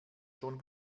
schon